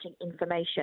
information